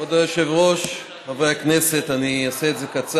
כבוד היושב-ראש, חברי הכנסת, אני אעשה את זה קצר.